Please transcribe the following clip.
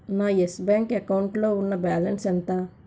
నా Yes Bank అకౌంట్లో ఉన్న బ్యాలన్స్ ఎంత